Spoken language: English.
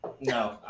No